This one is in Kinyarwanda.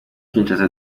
kinshasa